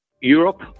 europe